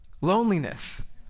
Loneliness